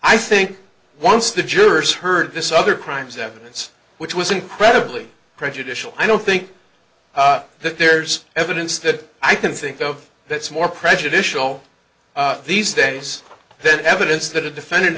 i think once the jurors heard this other crimes evidence which was incredibly prejudicial i don't think that there's evidence that i can think of that's more prejudicial these days than evidence that a defendant